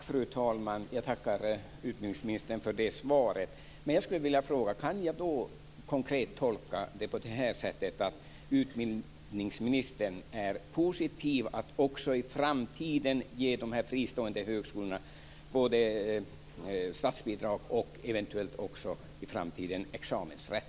Fru talman! Jag tackar utbildningsministern för det svaret. Jag skulle dock vilja fråga om jag konkret kan tolka det på det sättet att utbildningsministern är positiv till att också i framtiden ge de här fristående högskolorna statsbidrag och framöver eventuellt också examensrätt.